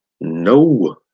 no